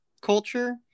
culture